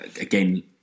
again